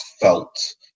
felt